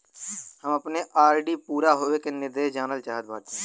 हम अपने आर.डी पूरा होवे के निर्देश जानल चाहत बाटी